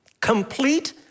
Complete